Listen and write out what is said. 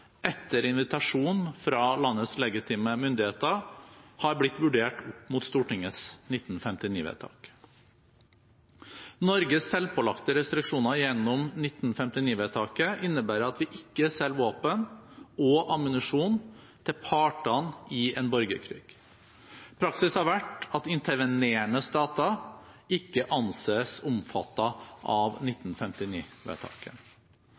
etter invitasjon fra landets legitime myndigheter, har blitt vurdert opp mot Stortingets 1959-vedtak. Norges selvpålagte restriksjoner gjennom 1959-vedtaket innebærer at vi ikke selger våpen og ammunisjon til partene i en borgerkrig. Praksis har vært at intervenerende stater ikke anses omfattet av